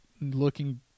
looking